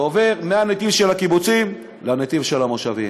עובר מהנתיב של הקיבוצים לנתיב של המושבים,